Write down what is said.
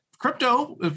Crypto